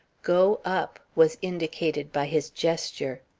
go up! was indicated by his gesture.